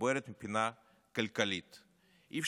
היא בוערת מבחינה כלכלית.